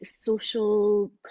social